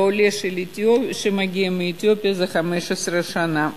ולעולה שמגיע מאתיופיה זה 15 שנה.